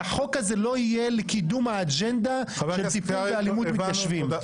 שהחוק הזה לא יהיה לקידום האג'נדה של טיפול באלימות מתיישבים.